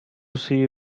see